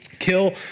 kill